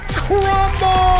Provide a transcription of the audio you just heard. crumble